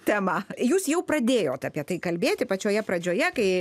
temą jūs jau pradėjot apie tai kalbėti pačioje pradžioje kai